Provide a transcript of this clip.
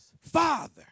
Father